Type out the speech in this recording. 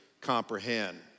comprehend